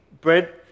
bread